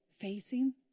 facing